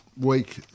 week